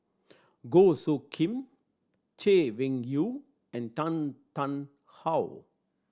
Goh Soo Khim Chay Weng Yew and Tan Tarn How